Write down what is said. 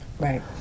right